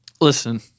Listen